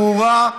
ברורה.